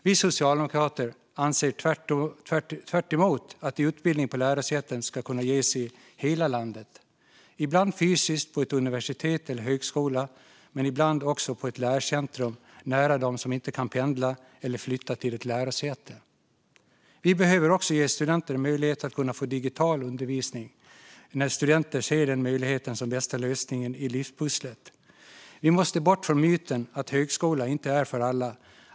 Vi socialdemokrater anser tvärtom att utbildning på lärosäten ska kunna ges i hela landet, ibland fysiskt på ett universitet eller en högskola men ibland också på ett lärcentrum nära dem som inte kan pendla eller flytta till ett lärosäte. Vi behöver också ge studenter möjlighet att få digital undervisning när de ser den möjligheten som den bästa lösningen i livspusslet. Vi måste bort från myten att högskola inte är för alla.